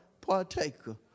partaker